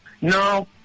No